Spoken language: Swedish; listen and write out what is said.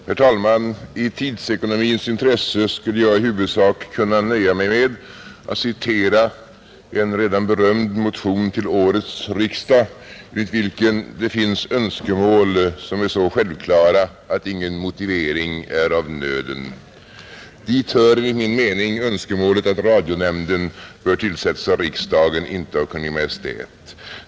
Herr talman! I tidsekonomins intresse skulle jag i huvudsak kunna nöja mig med att citera en redan berömd motion till årets riksdag, i vilken det finns önskemål som är så självklara att ingen motivering är av nöden. Dit hör enligt min mening önskemålet att radionämnden bör tillsättas av riksdagen och inte av Kungl. Maj:t.